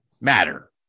matter